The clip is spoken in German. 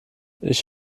ich